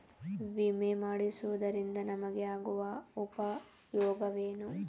ವಿಮೆ ಮಾಡಿಸುವುದರಿಂದ ನಮಗೆ ಆಗುವ ಉಪಯೋಗವೇನು?